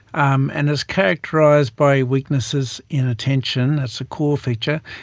um and is characterised by weaknesses in attention, that's a core feature,